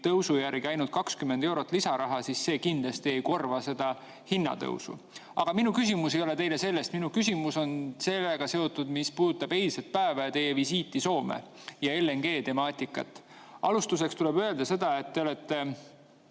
järgi ainult 20 eurot lisaraha, siis see kindlasti ei korva seda hinnatõusu. Aga minu küsimus ei ole teile sellest. Minu küsimus on seotud sellega, mis puudutab eilset päeva, teie visiiti Soome ja LNG temaatikat. Alustuseks tuleb öelda seda, et te olete